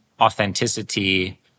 authenticity